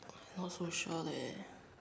not so sure leh